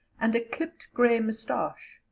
and a clipped grey moustache.